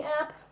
app